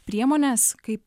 priemones kaip